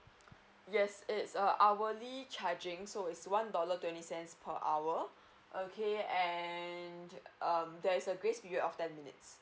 yes it's err hourly charging so it's one dollar twenty cents per hour okay and there's a grace period of ten minutes